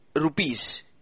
rupees